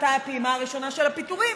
מתי הפעימה הראשונה של הפיטורים,